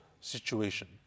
situation